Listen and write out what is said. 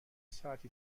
ساعتی